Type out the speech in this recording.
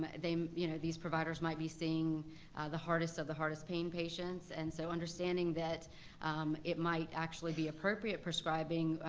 but um you know these providers might be seeing the hardest of the hardest pain patients, and so understanding that it might actually be appropriate prescribing,